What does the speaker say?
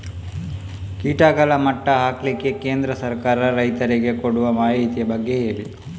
ಕೀಟಗಳ ಮಟ್ಟ ಹಾಕ್ಲಿಕ್ಕೆ ಕೇಂದ್ರ ಸರ್ಕಾರ ರೈತರಿಗೆ ಕೊಡುವ ಮಾಹಿತಿಯ ಬಗ್ಗೆ ಹೇಳಿ